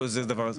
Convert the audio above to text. ברור.